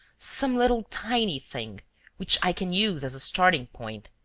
some little tiny thing which i can use as a starting-point.